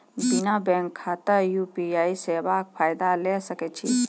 बिना बैंक खाताक यु.पी.आई सेवाक फायदा ले सकै छी?